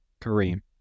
Kareem